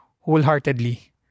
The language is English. wholeheartedly